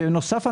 בנוסף,